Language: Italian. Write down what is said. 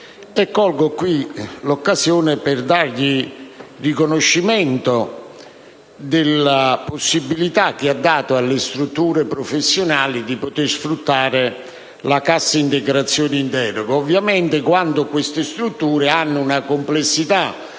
Colgo qui l'occasione per esprimergli riconoscimento per la possibilità che ha dato alle strutture professionali di sfruttare la cassa integrazione in deroga, ovviamente quando queste sono strutture complesse.